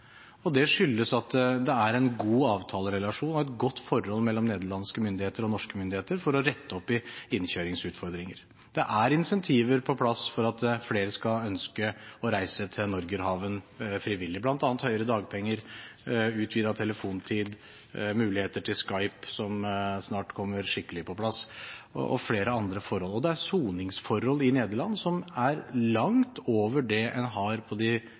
Det skyldes at det er en god avtalerelasjon og et godt forhold mellom nederlandske og norske myndigheter for å rette opp i innkjøringsutfordringer. Det er incentiver på plass for at flere skal ønske å reise til Norgerhaven frivillig, bl.a. høyere dagpengesats, utvidet telefontid, muligheter for Skype, som snart kommer skikkelig på plass, og flere andre forhold. Det er soningsforhold i Nederland som er langt over det en har i de